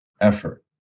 effort